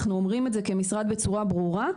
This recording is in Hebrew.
אנחנו אומרים את זה כמשרד בצורה ברורה,